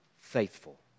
faithful